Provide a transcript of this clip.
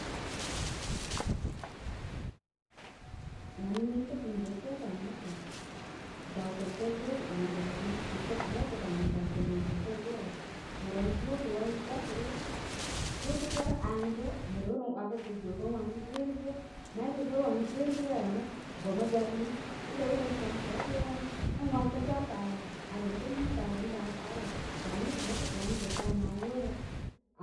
wanu niŋkə sə mi re təə' ani nə' kə' gawtəl dəl iyə wombəl ali, mə kə may kə daa nə' gaw təl wombəl dəl iyə ai, mə zokə wan zwakə ryə ko kə dwarə aani bə mə rew ren wakə gə bəbəmn wan gərigə may kə' bə wan gərigə ai nə gomə dwarini, i rew ren sem kə i rew ren, ən wan kə' dwarkə aa aya, aren bə' lūūkə aren daa kə araw gam nə kə' netə wan bə'tə' arii a worə